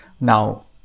now